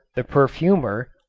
the perfumer,